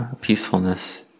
peacefulness